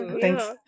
Thanks